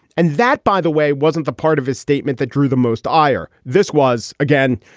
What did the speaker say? and that, by the way, wasn't the part of his statement that drew the most ire. this was, again,